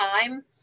time